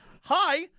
Hi